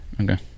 okay